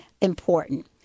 important